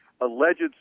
alleged